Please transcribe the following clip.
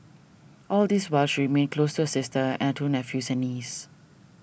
all this while she remained close her sister and her two nephews and niece